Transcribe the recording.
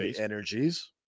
energies